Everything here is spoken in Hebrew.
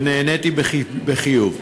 ונעניתי בחיוב.